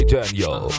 Daniel